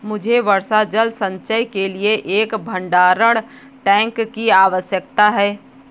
मुझे वर्षा जल संचयन के लिए एक भंडारण टैंक की आवश्यकता है